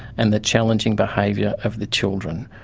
and the challenging behaviour of the children.